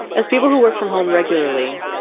as people who work from home regularly,